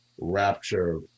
rapture